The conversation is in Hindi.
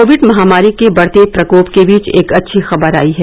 कोविड महामारी के बढ़ते प्रकोप के बीच एक अच्छी खबर आयी है